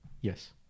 yes